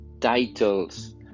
titles